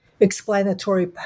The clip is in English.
explanatory